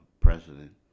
President